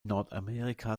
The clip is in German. nordamerika